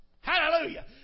Hallelujah